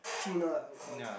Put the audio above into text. tuner lah they call it